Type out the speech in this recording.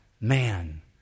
man